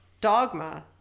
Dogma